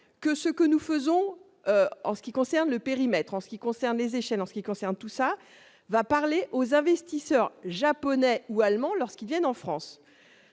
que ce que nous faisons en ce qui concerne le périmètre en ce qui concerne les échelles en ce qui concerne tout ça va parler aux investisseurs japonais ou allemands lorsqu'ils viennent en France,